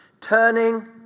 turning